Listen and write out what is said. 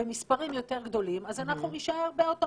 במספרים יותר גדולים אז אנחנו נישאר באותו